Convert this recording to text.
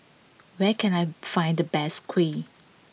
where can I find the best Kuih